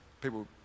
people